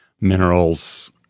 minerals